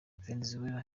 venezuela